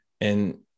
And-